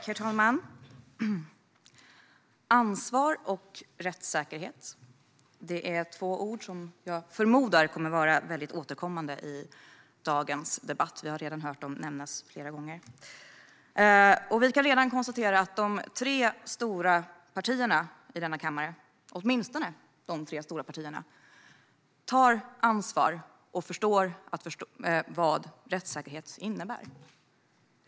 Herr talman! Ansvar och rättssäkerhet är två ord som jag förmodar kommer att vara återkommande i dagens debatt. Vi har redan hört dem nämnas flera gånger. Vi kan konstatera att de tre stora partierna i denna kammare, åtminstone de tre stora partierna, tar ansvar och förstår vad rättssäkerhet innebär.